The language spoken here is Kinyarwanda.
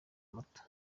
moto